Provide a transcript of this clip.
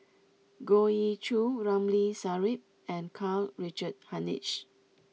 Goh Ee Choo Ramli Sarip and Karl Richard Hanitsch